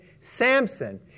Samson